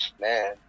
Man